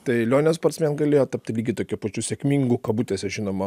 tai lionė sparcmėn galėjo tapti lygiai tokiu pačiu sėkmingu kabutėse žinoma